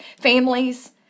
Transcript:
families